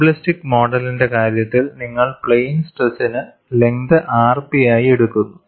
simplistic മോഡലിന്റെ കാര്യത്തിൽ നിങ്ങൾ പ്ലെയിൻ സ്ട്രെസ്സിനു ലെങ്ത് rp ആയി എടുക്കുന്നു